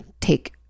take